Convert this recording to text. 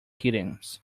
kittens